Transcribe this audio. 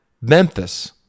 Memphis